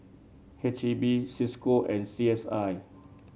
H E B Cisco and C S I